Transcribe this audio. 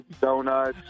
donuts